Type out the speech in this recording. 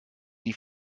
die